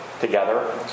together